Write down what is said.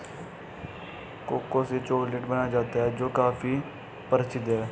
cocoa से chocolate बनाया जाता है जो काफी प्रसिद्ध है